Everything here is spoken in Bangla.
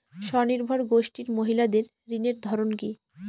স্বনির্ভর গোষ্ঠীর মহিলাদের ঋণের ধরন কি?